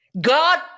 God